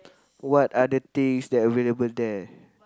what are the things that available there